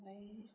ओमफाय